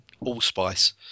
allspice